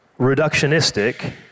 reductionistic